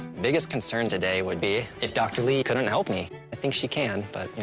biggest concern today would be if dr. lee couldn't help me. i think she can, but, you